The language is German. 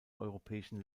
europäischen